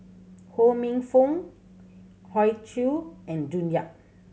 Ho Minfong Hoey Choo and June Yap